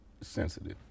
sensitive